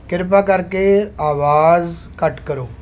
ਕਿਰਪਾ ਕਰਕੇ ਆਵਾਜ਼ ਘੱਟ ਕਰੋ